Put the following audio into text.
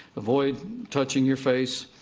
avoid touching your face.